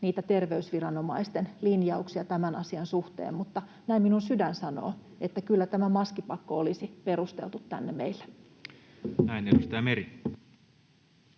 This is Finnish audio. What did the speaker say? niitä terveysviranomaisten linjauksia tämän asian suhteen, mutta näin minun sydämeni sanoo, että kyllä tämä maskipakko olisi perusteltu tänne meille. Näin. — Edustaja Meri.